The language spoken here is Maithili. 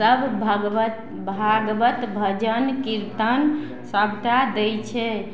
सब भगवत भागवत भजन कीर्तन सबटा दै छै